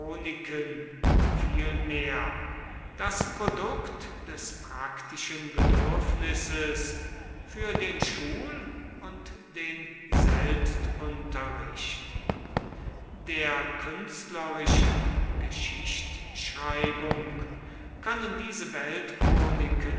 chroniken vielmehr das produkt des praktischen bedürfnisses für den schul und den selbstunterricht der künstlerischen geschichtschreibung können diese